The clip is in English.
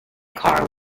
car